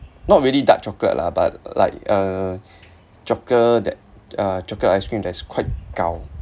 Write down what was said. not really dark chocolate lah but like uh chocolate that uh chocolate ice cream that's quite gao